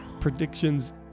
predictions